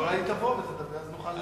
שאולי היא תבוא ואז נוכל,